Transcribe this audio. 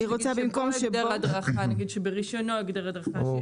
היא רוצה במקום --- נגיד שברישיונו הגדר הדרכה,